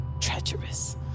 Treacherous